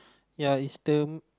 ya it's the